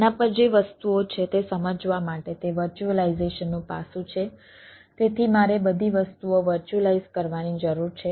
તેના પર જે વસ્તુઓ છે તે સમજવા માટે તે વર્ચ્યુઅલાઈઝેશન કરવાની જરૂર છે